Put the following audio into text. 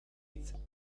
wind